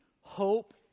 hope